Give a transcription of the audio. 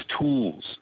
tools